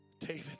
David